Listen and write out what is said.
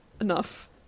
enough